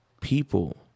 people